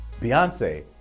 beyonce